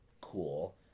cool